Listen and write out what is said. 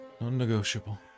Non-negotiable